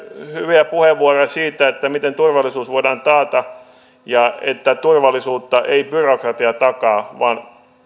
hyviä puheenvuoroja siitä miten turvallisuus voidaan taata ja miten turvallisuutta ei takaa byrokratia vaan